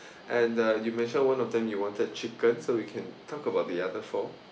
and uh you mentioned one of them you wanted chicken so we can talk about the other four